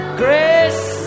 grace